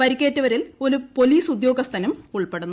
പരിക്കേറ്റവരിൽ ഒരു പോലീസ് ഉദ്യോഗസ്ഥനും ഉൾപ്പെടുന്നു